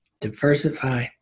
diversify